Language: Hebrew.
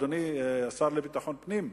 אדוני השר לביטחון פנים,